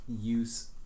use